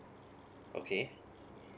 okay